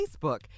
Facebook